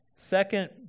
Second